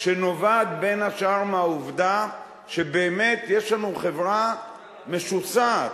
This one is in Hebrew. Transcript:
שנובעת בין השאר מהעובדה שבאמת יש לנו חברה משוסעת,